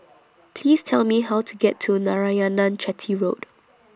Please Tell Me How to get to Narayanan Chetty Road